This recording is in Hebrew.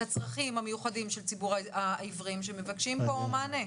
הצרכים המיוחדים של ציבור העיוורים שמבקשים כאן מענה.